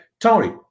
Tony